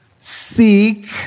seek